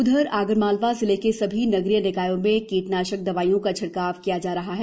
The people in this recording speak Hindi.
उधर आगरमालवा जिले के सभी नगरीय निकायों में कीटनाशक दवाइयों का छिड़काव किया जा रहा है